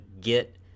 get